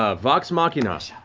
ah vox machina,